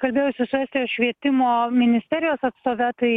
kalbėjausi su estijos švietimo ministerijos atstove tai